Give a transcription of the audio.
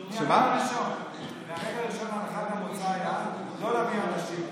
מהרגע הראשון הנחת המוצא הייתה לא להביא אנשים.